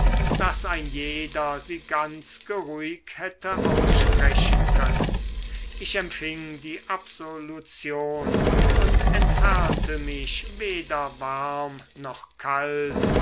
daß ein jeder sie ganz geruhig hätte aussprechen können ich empfing die absolution und entfernte mich weder warm noch kalt